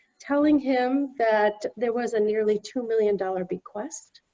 telling him that there was a nearly two million dollars bequest